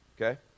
Okay